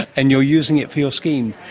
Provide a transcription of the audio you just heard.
and you're using it for your scheme?